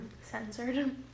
Censored